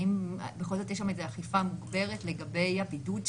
האם יכול להיות שיש שם אכיפה מוגברת לגבי הבידוד שלהם?